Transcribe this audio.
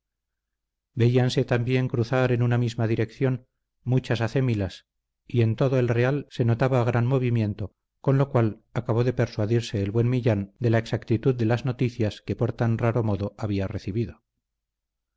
veíanse también cruzar en una misma dirección muchas acémilas y en todo el real se notaba gran movimiento con lo cual acabó de persuadirse el buen millán de la exactitud de las noticias que por tan raro modo había recibido